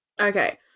Okay